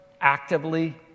actively